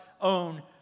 own